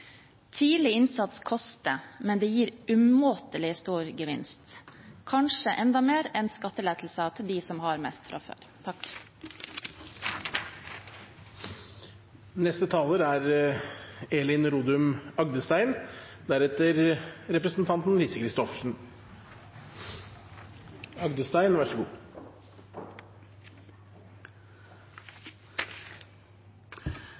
Tidlig innsats koster, men gir umåtelig stor gevinst, kanskje enda mer enn skattelettelser til dem som har mest fra før.